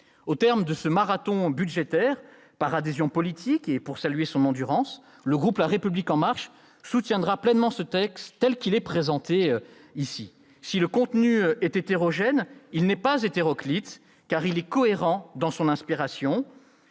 Au terme de ce marathon budgétaire, par adhésion politique et pour saluer son endurance, le groupe La République En Marche soutiendra pleinement le projet de loi de finances rectificative tel qu'il est présenté ici. Si son contenu est hétérogène, il n'est pas hétéroclite, car il est cohérent dans son inspiration.